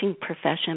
profession